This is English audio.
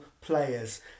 players